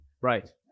Right